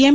એમ